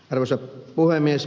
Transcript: arvoisa puhemies